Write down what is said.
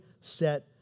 set